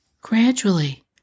Gradually